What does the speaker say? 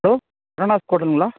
hello Karunas ஹோட்டலுங்களா